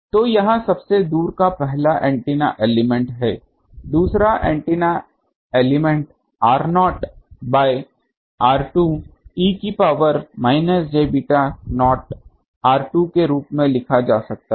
तो यह सबसे दूर का पहला एंटीना एलिमेंट है दूसरा एंटीना एलिमेंट I0r2 e की power minus j beta nought r2 के रूप में लिखा जा सकता है